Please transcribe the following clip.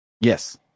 yes